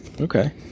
okay